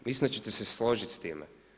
Mislim da ćete se složiti s time.